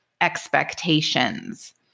expectations